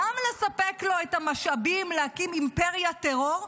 גם לספק לו את המשאבים להקים אימפריית טרור,